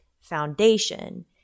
foundation